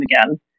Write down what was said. again